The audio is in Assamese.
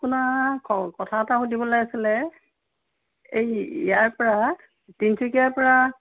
আপোনাক কথা এটা সুধিবলে আছিলে এই ইয়াৰ পৰা তিনিচুকীয়াৰ পৰা